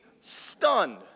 stunned